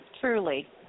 Truly